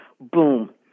boom